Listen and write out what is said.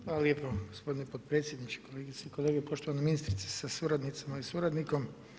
Hvala lijepa gospodine potpredsjedniče, kolegice i kolege, poštovana ministrice sa suradnicama i suradnikom.